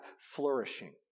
flourishing